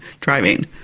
driving